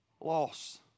loss